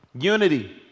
Unity